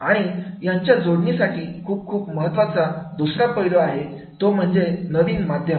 आणि याच्या जोडणीसाठी खूप खूप महत्वाचा दुसरा पैलू आहे तो म्हणजे नवीन माध्यम